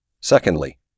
Secondly